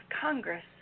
Congress